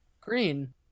green